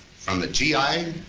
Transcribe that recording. from the g i,